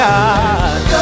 God